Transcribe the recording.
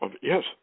yes